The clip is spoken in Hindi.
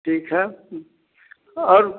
ठीक है और